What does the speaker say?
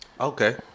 Okay